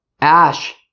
ash